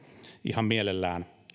ihan mielelläni